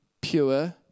pure